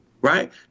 right